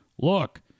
look